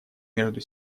между